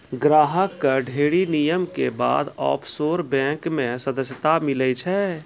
ग्राहक कअ ढ़ेरी नियम के बाद ऑफशोर बैंक मे सदस्यता मीलै छै